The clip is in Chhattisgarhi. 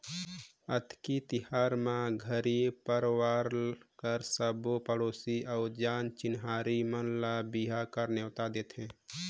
अक्ती तिहार म घरी परवार कर सबो पड़ोसी अउ जान चिन्हारी मन ल बिहा कर नेवता देथे